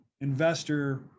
investor